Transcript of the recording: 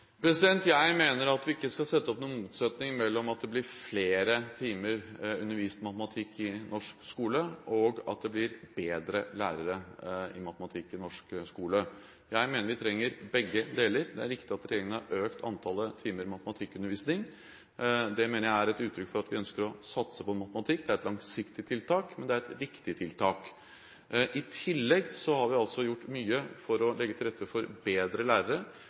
Jeg mener at vi ikke skal sette opp noen motsetning mellom flere timer undervisning i matematikk i norsk skole, og det å få bedre lærere i matematikk i norsk skole. Jeg mener at vi trenger begge deler. Det er riktig at regjeringen har økt antallet timer med matematikkundervisning. Det mener jeg er et uttrykk for at vi ønsker å satse på matematikk. Det er et langsiktig tiltak, men det er et viktig tiltak. I tillegg har vi gjort mye for å legge til rette for bedre lærere.